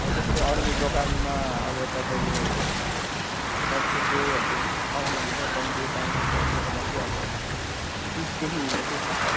अब जस्तै अरू दोकानमा अब तपाईँले दस रुपियाँहरू पाउनुहुन्छ पन्ध्र रुपियाँ पाउनुहुन्छ नि मेरोमा चाहिँ अब बिसदेखि उभो चाहिँ छ